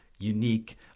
unique